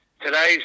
today's